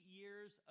years